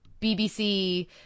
BBC